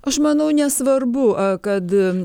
aš manau nesvarbu kad